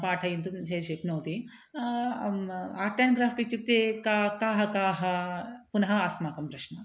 पाठयितुं ये शक्नोति आर्ट् एण्ड् क्राफ़्ट् इत्युक्ते का काः काः पुनः अस्माकं प्रश्नः